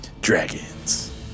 Dragons